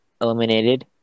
eliminated